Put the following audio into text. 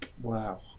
Wow